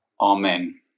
Amen